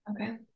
okay